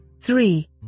Three